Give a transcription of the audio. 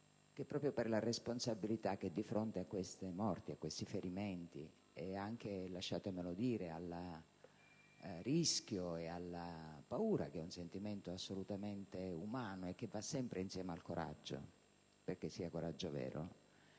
Proprio però, la responsabilità di fronte a queste morti, a questi ferimenti e anche, lasciatemelo dire, al rischio e alla paura (sentimento assolutamente umano, che va sempre insieme al coraggio, perché sia coraggio vero)